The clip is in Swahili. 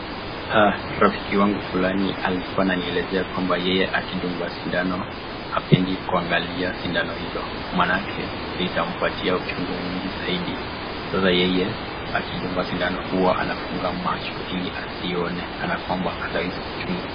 Ah, rafiki wangu fulani alikuwa ananielezea kwamba yeye akidungwa sindano, hapendi kuangalia sindano hilo maanake litampatia uchungu mwingi zaidi. Sasa yeye akidungwa sindano huwa anafunga macho ili asione kana kwamba hatahisi uchungu.